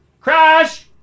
Crash